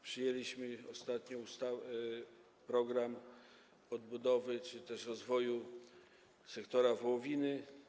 Przyjęliśmy ostatnio program odbudowy czy też rozwoju sektora wołowiny.